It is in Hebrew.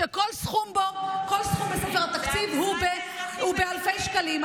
שכל סכום בו, בספר התקציב, הוא באלפי שקלים.